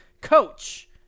Coach